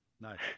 Nice